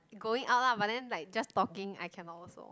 going out lah but then like just talking I cannot also